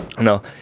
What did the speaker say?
No